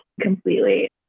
completely